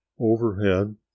Overhead